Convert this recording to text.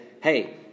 hey